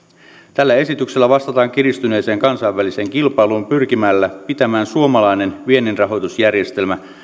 tällä esityksellä vastataan kiristyneeseen kansainväliseen kilpailuun pyrkimällä pitämään suomalainen vienninrahoitusjärjestelmä